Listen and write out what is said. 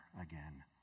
again